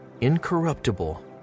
incorruptible